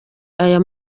aya